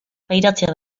pairatzea